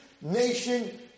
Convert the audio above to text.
nation